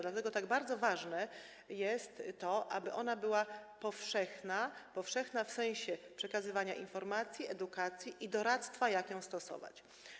Dlatego tak bardzo ważne jest to, aby ona była powszechna - powszechna w sensie przekazywania informacji, edukacji i doradztwa co do tego, jak ją stosować.